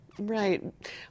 Right